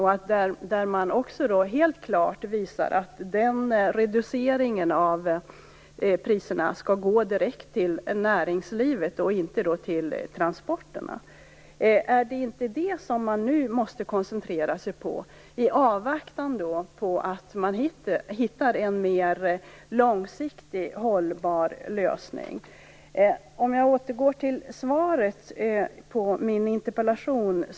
Då visar man helt klart att resultatet av reduceringen av priserna skall gå direkt till näringslivet och inte till transporterna. Är det inte detta man skall koncentrera sig på i avvaktan på att en mer långsiktigt hållbar lösning tas fram? Jag återgår till svaret på min interpellation.